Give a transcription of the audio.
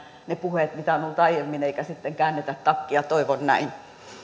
ne puheet mitä on on ollut aiemmin eikä sitten käännetä takkia toivon näin